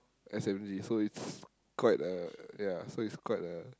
S_M_G so it's quite a ya so it's quite a